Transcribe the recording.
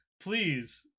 please